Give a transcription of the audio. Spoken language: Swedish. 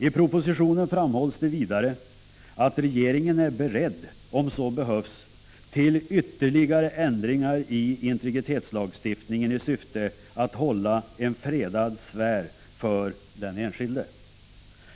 I propositionen framhålls det vidare att regeringen, om så behövs, är beredd till ytterligare ändringar i integritetslagstiftningen i syfte att hålla en fredad sfär för den enskilde.